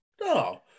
No